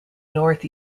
north